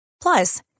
Plus